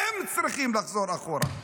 הם צריכים לחזור אחורה,